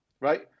right